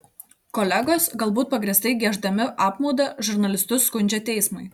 kolegos galbūt pagrįstai gieždami apmaudą žurnalistus skundžia teismui